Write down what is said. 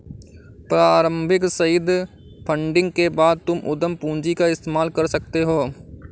प्रारम्भिक seed funding के बाद तुम उद्यम पूंजी का इस्तेमाल कर सकते हो